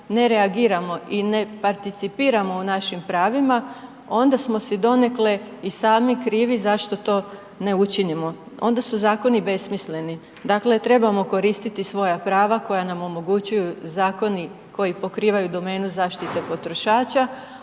ne reagiramo i ne participiramo u našim pravima onda smo si donekle i sami krivi zašto to ne učinimo, onda su zakoni besmisleni. Dakle, trebamo koristiti svoja prava koja nam omogućuju zakoni koji pokrivaju domenu zaštite potrošača,